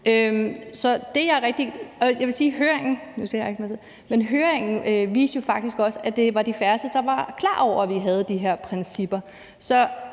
at det var de færreste, som var klar over, at vi havde de her principper.